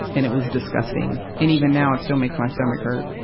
and it was disgusting. and even now, it still makes my stomach hurt.